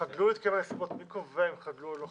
חדלו להתקיים הנסיבות מי קובע אם חדלו או לא חדלו?